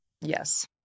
Yes